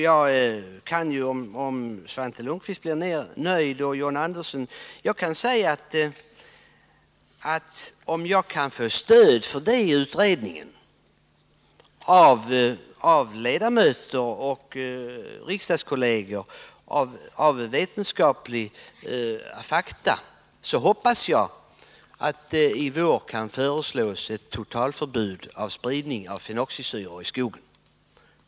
Jag kan ju, ifall Svante Lundkvist och John Andersson då blir mera nöjda, säga att om jag kan få stöd för detta i utredningen av ledamöter och riksdagskolleger, liksom av vetenskapliga fakta, så hoppas jag att det i vår kan föreslås ett totalförbud mot spridning av fenoxisyror i skogen.